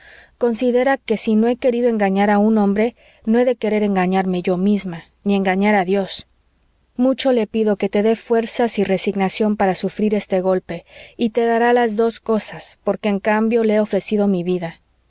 considera que si no he querido engañar a un hombre no he de querer engañarme yo misma ni engañar a dios mucho le pido que te dé fuerzas y resignación para sufrir este golpe y te dará las dos cosas porque en cambio le he ofrecido mi vida